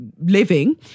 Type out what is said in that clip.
living